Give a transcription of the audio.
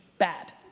bad.